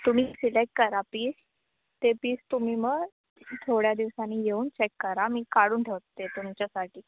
तुम्ही सिलेक्ट करा पीस ते पीस तुम्ही मग थोड्या दिवसांनी येऊन चेक करा मी काढून ठेवते तुमच्यासाठी